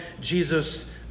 Jesus